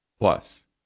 Plus